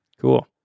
cool